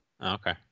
okay